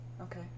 okay